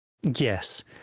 Yes